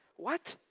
what!